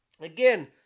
Again